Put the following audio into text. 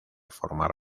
formar